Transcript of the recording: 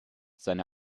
seine